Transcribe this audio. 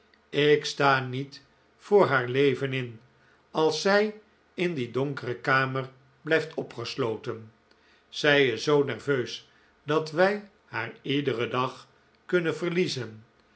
ik sta niet voor haar leven in als zij in die donkere kamer blijft opgesloten zij is zoo nerveus dat wij haar iederen dag kunnen verliezen